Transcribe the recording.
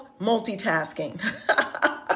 Multitasking